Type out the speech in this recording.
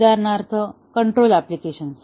उदाहरणार्थ control application